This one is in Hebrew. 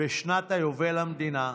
בשנת היובל למדינה,